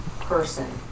person